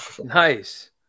Nice